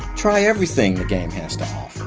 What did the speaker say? try everything the game has to offer,